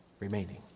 remaining